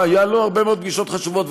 היו לו הרבה מאוד פגישות חשובות.